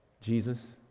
Jesus